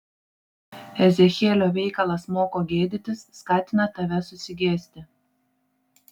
ezechielio veikalas moko gėdytis skatina tave susigėsti